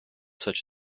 such